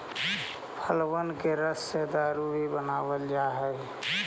फलबन के रस से दारू भी बनाबल जा हई